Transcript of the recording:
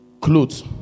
clothes